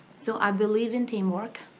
so i believe in teamwork.